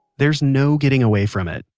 there's no getting away from it,